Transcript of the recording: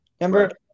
Remember